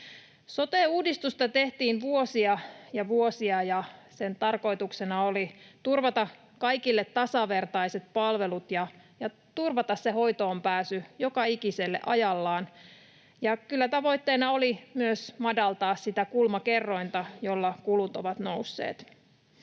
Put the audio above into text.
Sote-uudistusta tehtiin vuosia ja vuosia, ja sen tarkoituksena oli turvata kaikille tasavertaiset palvelut ja turvata se hoitoonpääsy joka ikiselle ajallaan. Ja kyllä tavoitteena oli myös madaltaa sitä kulmakerrointa, jolla kulut ovat nousseet.